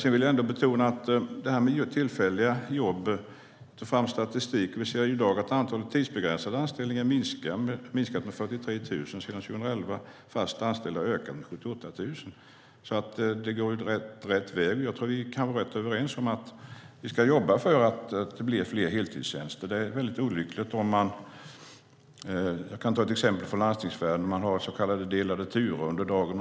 När det gäller tillfälliga jobb tog jag fram statistik, och vi ser i dag att antalet tidsbegränsade anställningar har minskat med 43 000 sedan 2011 och antalet fasta anställningar har ökat med 78 000. Det går alltså rätt bra, och vi kan vara överens om att vi ska jobba för att det blir fler heltidstjänster. Det är väldigt olyckligt med exempelvis så kallade delade turer som förekommer inom landstingsvärlden.